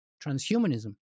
transhumanism